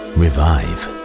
revive